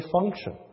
function